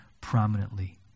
prominently